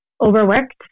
overworked